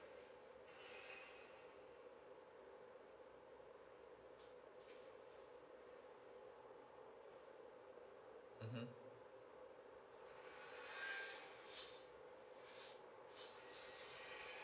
uh mm